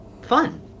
fun